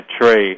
trade